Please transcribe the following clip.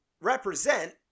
represent